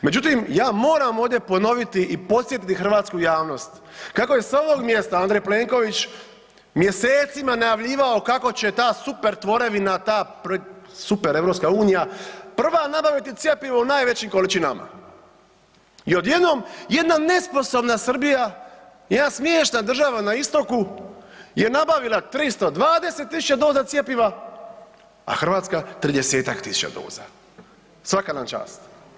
Međutim, ja moram ovdje ponoviti i podsjetiti hrvatsku javnost kako je s ovog mjesta Andrej Plenković mjesecima najavljivao kako će ta super tvorevina, ta super EU prva nabaviti cjepivo u najvećim količinama i odjednom jedna nesposobna Srbija, jedna smiješna država na istoku je nabavila 320.000 doza cjepiva, a Hrvatska 30-tak tisuća doza, svaka nam čast.